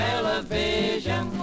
Television